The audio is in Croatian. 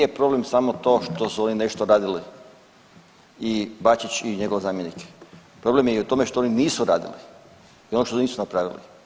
Nije problem samo to što su oni nešto radili i Bačić i njegov zamjenik, problem je i u tome što oni nisu radili i ono što nisu napravili.